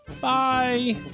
Bye